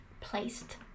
placed